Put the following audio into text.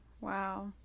Wow